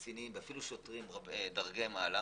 אפילו שוטרים דרגי מעלה